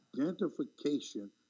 Identification